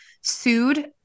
sued